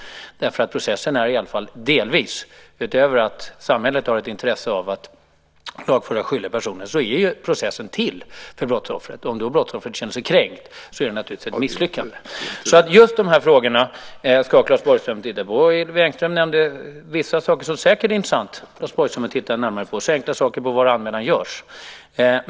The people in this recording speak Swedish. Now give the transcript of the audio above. Processen är i alla fall delvis, utöver att samhället har ett intresse av att lagföra skyldiga personer, till för brottsoffret. Om brottsoffret då känner sig kränkt är det naturligtvis ett misslyckande. Just de här frågorna ska alltså Claes Borgström titta på. Hillevi Engström nämnde också vissa saker som säkert är intressanta för Claes Borgström att titta på. Det gäller så enkla saker som till exempel var anmälan görs.